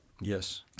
Yes